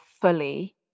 fully